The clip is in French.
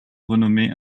renommée